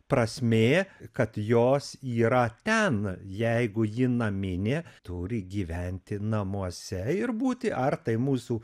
prasmė kad jos yra ten jeigu ji naminė turi gyventi namuose ir būti ar tai mūsų